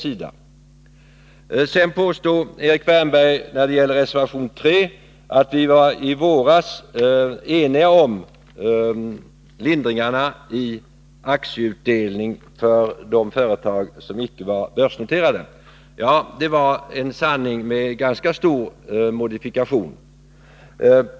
Sedan påstod Erik Wärnberg på tal om reservation 3 att vi i våras var eniga om lindringarna i beskattningen av aktieutdelning för företag som icke var börsnoterade. Det är en sanning med ganska stor modifikation.